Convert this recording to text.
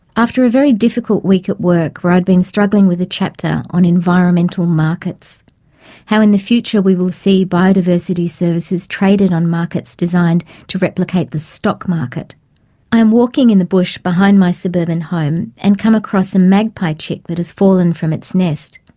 after a very difficult week at work where i'd been struggling with a chapter on environmental environmental markets how in the future we will see biodiversity services traded on markets designed to replicate the stock market i am walking in the bush behind my suburban home and come across a magpie chick that has fallen from its nest.